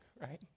right